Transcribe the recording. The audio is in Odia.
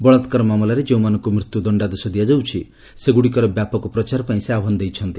ବଳାତ୍କାର ମାମଲାରେ ଯେଉଁମାନଙ୍କୁ ମୃତ୍ୟୁ ଦଶ୍ଡାଦେଶ ଦିଆଯାଉଛି ସେଗୁଡ଼ିକର ବ୍ୟାପକ ପ୍ରଚାରପାଇଁ ସେ ଆହ୍ୱାନ ଦେଇଛନ୍ତି